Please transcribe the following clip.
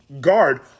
guard